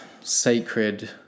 sacred